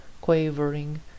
quavering